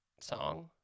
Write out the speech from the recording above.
Song